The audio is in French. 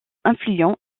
influents